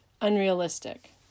unrealistic